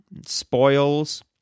spoils